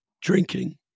drinking